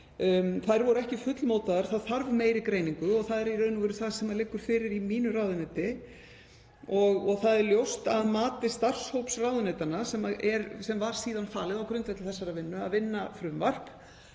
voru ekki fullmótaðar, það þarf meiri greiningu og það er það sem liggur fyrir í mínu ráðuneyti. Það er ljóst, að mati starfshóps ráðuneytanna sem var síðan falið á grundvelli þessarar vinnu að vinna frumvarp,